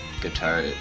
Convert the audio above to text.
guitar